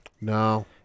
No